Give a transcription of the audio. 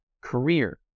career